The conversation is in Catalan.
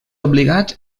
obligats